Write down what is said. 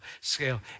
scale